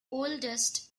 oldest